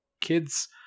kids